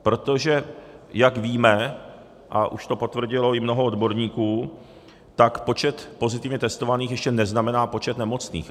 Protože jak víme, a už to potvrdilo i mnoho odborníků, počet pozitivně testovaných ještě neznamená počet nemocných.